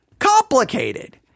Complicated